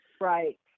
Right